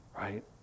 Right